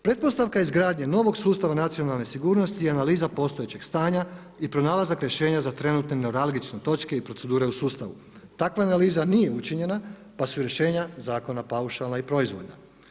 Pretpostavka izgradnje novog sustava nacionalne sigurnosti i analiza postojećeg stanja i pronalazak rješenja za trenutnim neuralgičnim točkama i procedure u stavu, takva analiza nije učinjena pa su i rješenja zakona paušalna i proizvoljna.